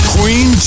Queen